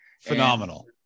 Phenomenal